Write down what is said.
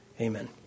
Amen